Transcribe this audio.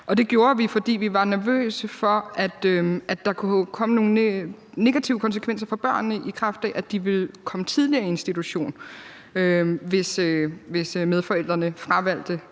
Det gjorde vi, fordi vi var nervøse for, at der kunne komme nogle negative konsekvenser for børnene, i kraft af at de ville komme tidligere i institution, hvis medforældrene fravalgte